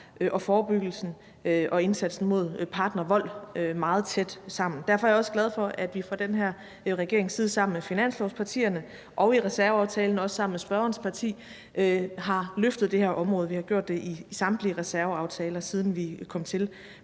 og forebyggelsen meget tæt sammen. Derfor er jeg også glad for, at vi fra den her regerings side sammen med finanslovspartierne og også sammen med spørgerens parti i reserveaftalen har løftet det her område. Vi har gjort det i samtlige reserveaftaler, siden vi kom til.